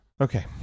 Okay